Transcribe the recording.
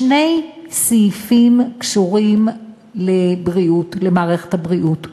שני סעיפים בו קשורים לבריאות, למערכת הבריאות.